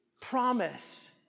promise